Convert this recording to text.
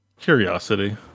Curiosity